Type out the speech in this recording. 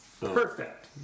Perfect